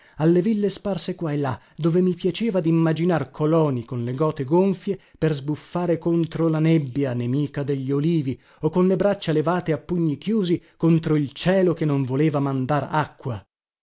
le ville sparse qua e là dove mi piaceva dimmaginar coloni con le gote gonfie per sbuffare contro la nebbia nemica degli olivi o con le braccia levate a pugni chiusi contro il cielo che non voleva mandar acqua